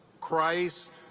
christ,